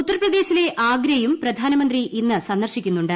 ഉത്തർപ്രദേശിലെ ആഗ്രയും പ്രധാനമന്ത്രി ഇന്ന് സന്ദർശിക്കുന്നുണ്ട്